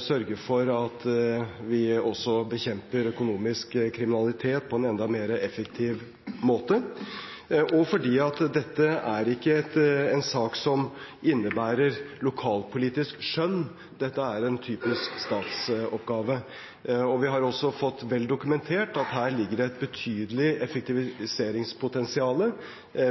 sørge for at vi også bekjemper økonomisk kriminalitet på en enda mer effektiv måte. Dette er heller ikke en sak som innebærer lokalpolitisk skjønn, dette er en typisk statsoppgave. Vi har også fått vel dokumentert at det ligger et betydelig effektiviseringspotensial